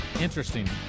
Interesting